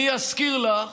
אני אזכיר לך